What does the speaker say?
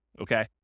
okay